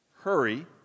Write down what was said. hurry